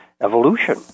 evolution